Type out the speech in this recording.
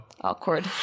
awkward